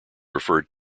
referred